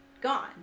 gone